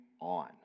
on